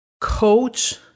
coach